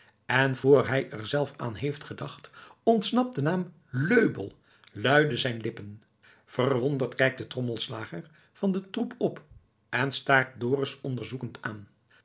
en voor hij er zelf aan heeft gedacht ontsnapt de naam löbell luide zijn lippen verwonderd kijkt de trommelslager van den troep op en staart dorus onderzoekend aan